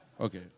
Okay